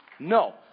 No